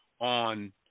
on